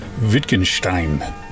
Wittgenstein